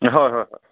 হয় হয় হয়